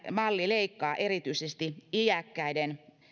malli leikkaa erityisesti iäkkäiden